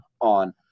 on